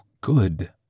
good